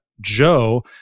Joe